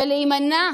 ולהימנע